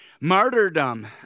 Martyrdom